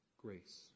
grace